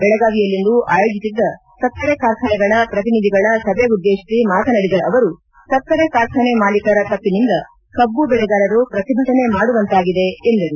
ಬೆಳಗಾವಿಯಲ್ಲಿಂದು ಆಯೋಜಿಸಿದ್ದ ಸಕ್ಕರೆ ಕಾರ್ಖಾನೆಗಳ ಪ್ರತಿನಿಧಿಗಳ ಸಭೆ ಉದ್ದೇಶಿಸಿ ಮಾತನಾಡಿದ ಅವರು ಸಕ್ಕರೆ ಕಾರ್ಖಾನೆ ಮಾಲೀಕರ ತಪ್ಪಿನಿಂದ ಕಬ್ಬು ಬೆಳೆಗಾರರು ಪ್ರತಿಭಟನೆ ಮಾಡುವಂತಾಗಿದೆ ಎಂದರು